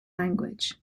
language